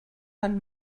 fan